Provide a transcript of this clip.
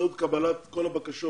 באמצעות קבלת כל הבקשות